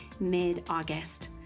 mid-August